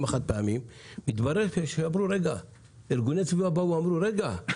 החד-פעמיים התברר שארגוני הסביבה אמרו: רגע,